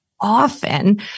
often